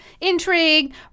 Intrigue